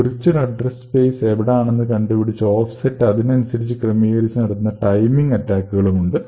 virtual address space എവിടാണെന്നു കണ്ടുപിടിച്ച offset അതിനനുസരിച്ച് ക്രമീകരിച്ചു നടത്തുന്ന ടൈമിംഗ് അറ്റാക്കുകളും ഉണ്ട്